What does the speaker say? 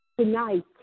Tonight